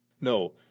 No